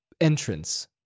entrance